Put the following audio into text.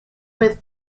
with